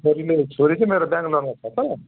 छोरी मेरो छोरी चाहिँ मेरो ब्याङ्लोरमा छ त